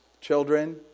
Children